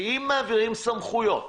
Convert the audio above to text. כי אם מעבירים סמכויות